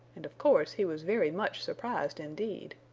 and of course he was very much surprised indeed.